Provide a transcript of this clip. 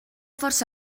força